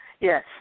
Yes